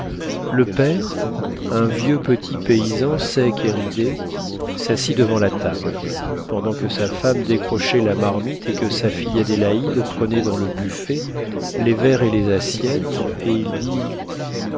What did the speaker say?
le père un vieux petit paysan sec et ridé s'assit devant la table pendant que sa femme décrochait la marmite et que sa fille adélaïde prenait dans le buffet les verres et les assiettes et il dit